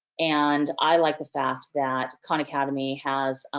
and, i like the fact that, khan academy has,